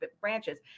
branches